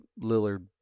Lillard